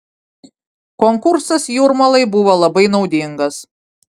konkursas jūrmalai buvo labai naudingas